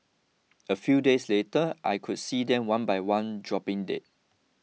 a few days later I could see them one by one dropping dead